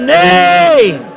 name